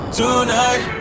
tonight